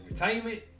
entertainment